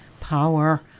power